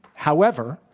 however,